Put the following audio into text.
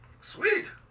Sweet